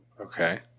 okay